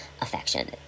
affection